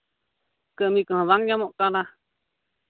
ᱠᱟᱹᱢᱤ ᱠᱚᱦᱚᱸ ᱵᱟᱝ ᱧᱟᱢᱚᱜ ᱠᱟᱱᱟ